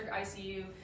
ICU